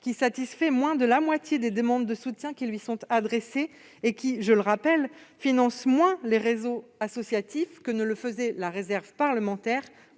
satisfait moins de la moitié des demandes de soutien qui lui sont adressées et, je le rappelle, finance moins les réseaux associatifs que ne le faisait la réserve parlementaire,